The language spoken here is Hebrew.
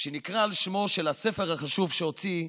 שנקרא על שמו של הספר החשוב שהוציא,